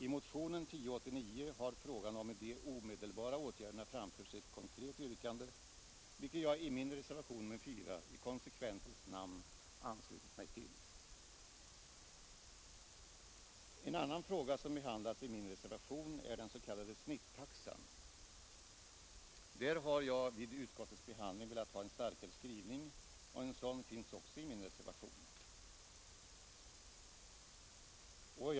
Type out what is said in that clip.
I motionen 1089 har frågan om de omedelbara åtgärderna framförts i ett konkret yrkande, vilket jag i min reservation nr 4 i konsekvensens namn anslutit mig till. En annan fråga som behandlas i min reservation är den s.k. snittaxan. Där har jag vid utskottets behandling velat ha en starkare skrivning, och en sådan finns också i min reservation.